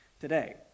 today